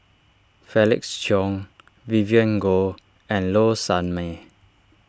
Felix Cheong Vivien Goh and Low Sanmay